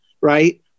right